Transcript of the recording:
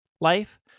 life